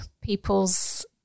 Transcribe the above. people's